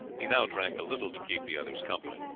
he now drank a little to keep the others company.